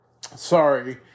sorry